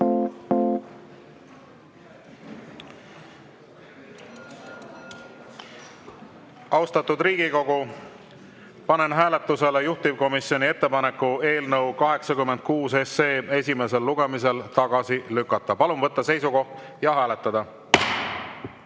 Austatud Riigikogu, panen hääletusele juhtivkomisjoni ettepaneku eelnõu 86 esimesel lugemisel tagasi lükata. Palun võtta seisukoht ja hääletada!